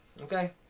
Okay